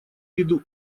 виду